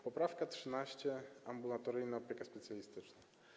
Poprawka 13. - ambulatoryjna opieka specjalistyczna.